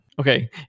Okay